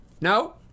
No